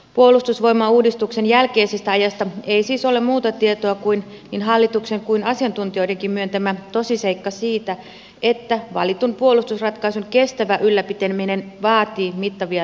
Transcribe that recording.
puolustusvoimauudistuksen jälkeisestä ajasta ei siis ole muuta tietoa kuin se niin hallituksen kuin asiantuntijoidenkin myöntämä tosiseikka että valitun puolustusratkaisun kestävä ylläpitäminen vaatii mittavia lisäresursseja